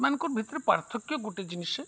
ଏମାନଙ୍କ ଭିତରେ ପାର୍ଥକ୍ୟ ଗୋଟେ ଜିନିଷ